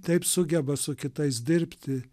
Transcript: taip sugeba su kitais dirbti